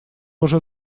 уже